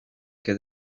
que